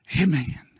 Amen